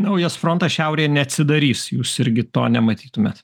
naujas frontas šiaurėj neatsidarys jūs irgi to nematytumėt